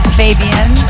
fabian